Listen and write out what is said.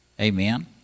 Amen